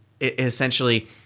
essentially